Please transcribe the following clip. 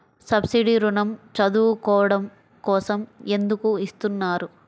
Subsidy ఋణం చదువుకోవడం కోసం ఎందుకు ఇస్తున్నారు?